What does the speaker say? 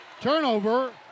Turnover